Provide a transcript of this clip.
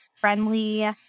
friendly